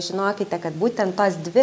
žinokite kad būtent tos dvi